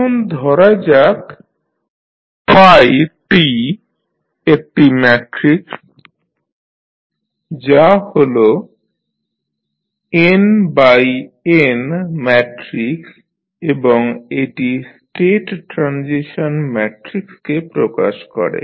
এখন ধরা যাক যে t একটি ম্যাট্রিক্স যা হল n×n ম্যাট্রিক্স এবং এটি স্টেট ট্রানজিশন ম্যাট্রিক্সকে প্রকাশ করে